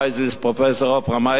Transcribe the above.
פרופסור עפרה מייזלס,